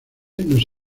nos